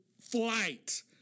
flight